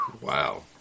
Wow